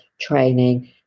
training